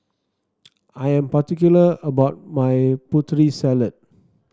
I am particular about my Putri Salad